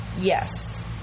Yes